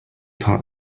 part